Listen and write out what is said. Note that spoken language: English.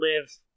live